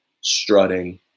strutting